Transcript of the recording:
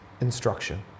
instruction